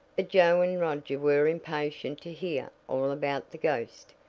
but joe and roger were impatient to hear all about the ghost,